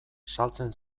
saltzen